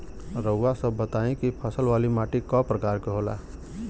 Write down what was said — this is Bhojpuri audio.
रउआ सब बताई कि फसल वाली माटी क प्रकार के होला?